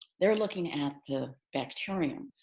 they're looking at the bacterium.